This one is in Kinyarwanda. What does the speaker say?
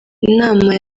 inama